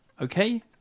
Okay